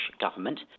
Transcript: government